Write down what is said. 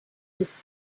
his